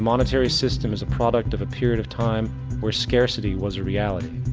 monetary system is a product of a period of time where scarcity was a reality.